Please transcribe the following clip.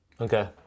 Okay